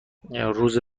روز